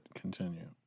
continue